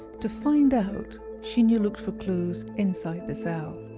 to find out, shinya looked for clues inside the cell.